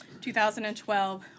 2012